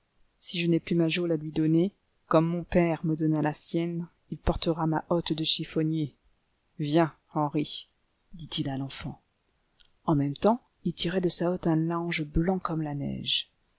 si je n'ai plus ma geôle à lui donner comme mon père me donna la sienne il portera ma hotte de chiffonnier viens henri dit-il à l'enfant en même temps il tirait de sa hotte un lange blanc comme la neige